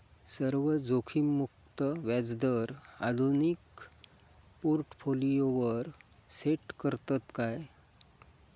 सर्व जोखीममुक्त व्याजदर आधुनिक पोर्टफोलियोवर सेट करतत काय?